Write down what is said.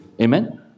Amen